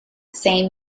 same